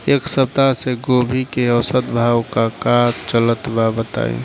एक सप्ताह से गोभी के औसत भाव का चलत बा बताई?